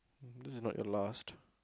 this is not your last